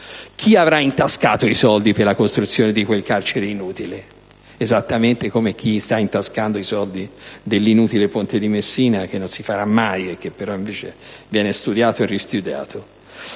Chi avrà intascato i soldi per la costruzione di quel carcere inutile? Esattamente come chi sta intascando i soldi dell'inutile ponte di Messina, che non si farà mai e che però viene studiato e ristudiato.